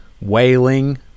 wailing